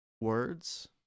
words